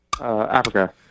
Africa